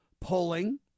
Polling